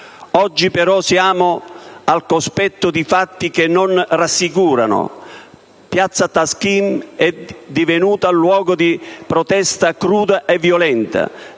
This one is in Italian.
Oggi però siamo al cospetto di fatti che non rassicurano: piazza Taksim è divenuta luogo di protesta cruda e violenta,